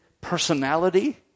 personality